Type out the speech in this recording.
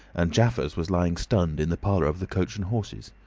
and jaffers was lying stunned in the parlour of the coach and horses.